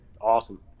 Awesome